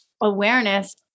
awareness